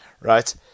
Right